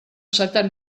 saltar